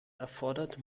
erfordert